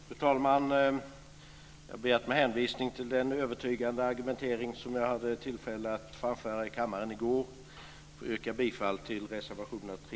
Fru talman! Med hänvisning till den övertygande argumentering som jag hade tillfälle att framföra i kammaren i går yrkar jag bifall till reservationerna 3